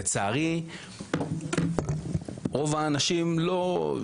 לצערי רוב האנשים לא,